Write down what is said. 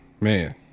Man